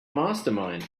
mastermind